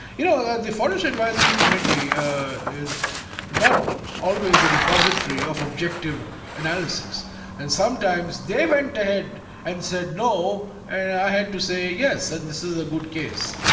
you know yeah the forest advisory committee is not always a repository of objective analysis and sometimes they went ahead and said no and i had to say yes, and this is a good case,